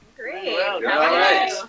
Great